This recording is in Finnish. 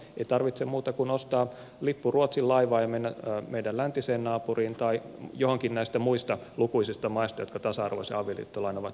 ei tarvitse muuta kuin ostaa lippu ruotsin laivaan ja mennä meidän läntiseen naapuriimme tai johonkin näistä muista lukuisista maista jotka tasa arvoisen avioliittolain ovat säätäneet